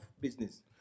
business